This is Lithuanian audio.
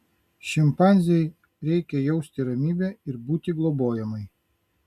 šimpanzei reikia jausti ramybę ir būti globojamai